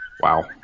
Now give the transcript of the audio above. Wow